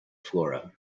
flora